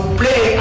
play